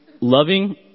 loving